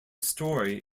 story